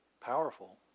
powerful